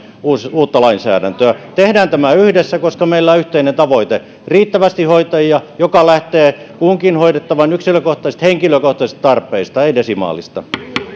uutta lainsäädäntöä tehdään tämä yhdessä koska meillä on yhteinen tavoite riittävästi hoitajia joka lähtee kunkin hoidettavan yksilökohtaisista henkilökohtaisesta tarpeista ei desimaalista